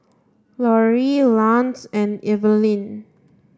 Lorri Lance and Evelin